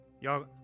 Y'all